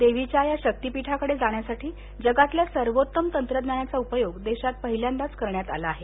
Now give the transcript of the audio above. देवीच्या या शक्तीपीठाकडे जाण्यासाठी जगातल्या सर्वोत्तम तंत्रज्ञानाचा उपयोग देशात पहिल्यांदाच करण्यात आला आहे